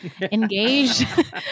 engaged